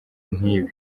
nk’ibi